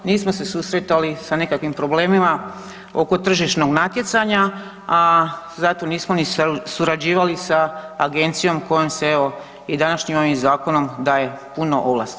Nismo se susretali sa nikakvim problemima oko tržišnog natjecanja, a zato nismo niti surađivali sa Agencijom kojom se evo i današnjim ovim zakonom daje puno ovlasti.